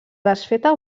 desfeta